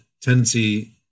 tendency